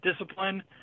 discipline